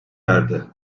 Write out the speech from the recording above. erdi